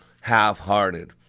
half-hearted